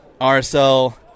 RSL